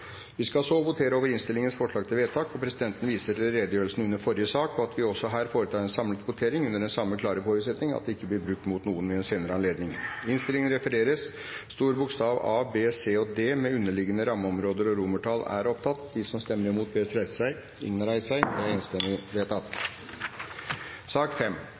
Vi skal så votere over innstillingens forslag til vedtak. Presidenten viser til redegjørelsen under forrige sak og at vi også her foretar en samlet votering under den samme klare forutsetning om at det ikke blir brukt mot noen ved en senere anledning. I sak nr. 7 foreligger det ikke noe voteringstema. Under debatten er det satt fram i alt seks forslag. Det er